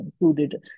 included